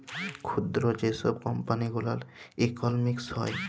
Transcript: ক্ষুদ্র যে ছব কম্পালি গুলার ইকলমিক্স হ্যয়